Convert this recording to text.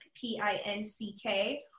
P-I-N-C-K